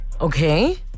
Okay